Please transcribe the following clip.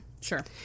Sure